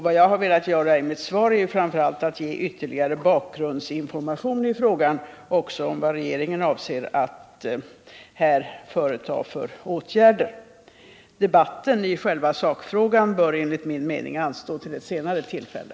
Vad jag har velat göra i mitt svar är framför allt att ge ytterligare bakgrundsinformation i frågan och också tala om vilka åtgärder regeringen avser att vidta. Debatten i själva sakfrågan bör enligt min mening anstå till ett senare tillfälle.